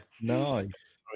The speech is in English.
Nice